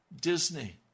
Disney